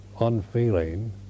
unfeeling